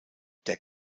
der